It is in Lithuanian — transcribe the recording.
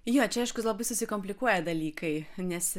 jo čia aišku labai susikomplikuoja dalykai nes